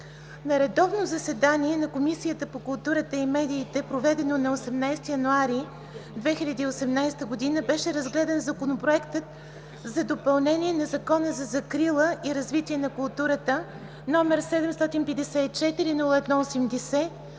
На редовно заседание на Комисията по културата и медиите, проведено на 18 януари 2018 г., беше разгледан Законопроектът за допълнение на Закона за закрила и развитие на културата, № 754 01 80,